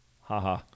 haha